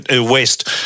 West